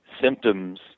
symptoms